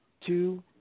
two